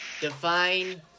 define